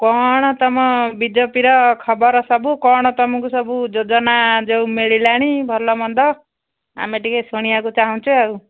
କ'ଣ ତୁମ ବିଜପିର ଖବର ସବୁ କ'ଣ ତୁମକୁ ସବୁ ଯୋଜନା ଯେଉଁ ମିଳିଲାଣି ଭଲମନ୍ଦ ଆମେ ଟିକେ ଶୁଣିବାକୁ ଚାହୁଁଛୁ ଆଉ